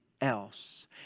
else